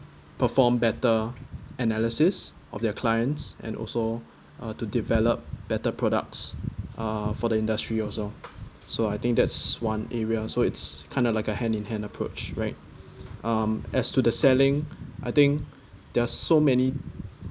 perform better analysis of their clients and also uh to develop better products uh for the industry also so I think that's one area so it's kinda like a hand in hand approach right um as to the selling I think there are so many